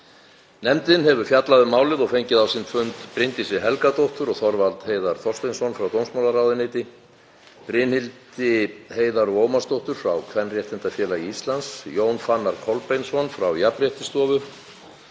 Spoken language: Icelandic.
Nefndin hefur fjallað um málið og fengið á sinn fund Bryndísi Helgadóttur og Þorvald Heiðar Þorsteinsson frá dómsmálaráðuneyti, Brynhildi Heiðar- og Ómarsdóttur frá Kvenréttindafélagi Íslands, Jón Fannar Kolbeinsson frá Jafnréttisstofu,